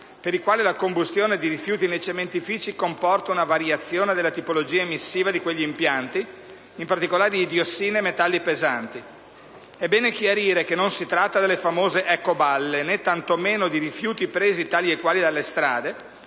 per i quali la combustione di rifiuti nei cementifici comporta una variazione della tipologia emissiva di quegli impianti, in particolare di diossine e metalli pesanti. È bene chiarire che non si tratta delle famose ecoballe, tanto meno di rifiuti presi tali e quali dalle strade,